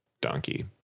donkey